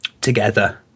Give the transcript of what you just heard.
together